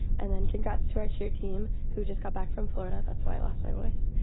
and then congrats to our cheer team who just got back from florida that's why i lost my voice.